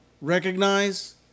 Recognize